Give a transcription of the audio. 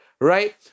Right